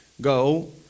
Go